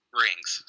rings